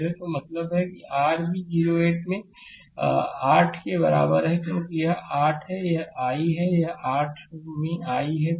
तो इसका मतलब है कि r v 0 8 में 8 के बराबर है क्योंकि यह 8 है यह i है 8 में i है